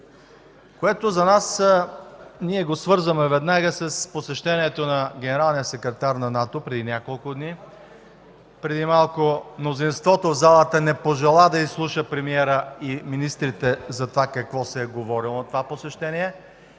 това. Ние свързваме това веднага с посещението на генералния секретар на НАТО преди няколко дни. Преди малко мнозинството в залата не пожела да изслуша премиера и министрите за това какво се е говорило на това посещение,